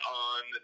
on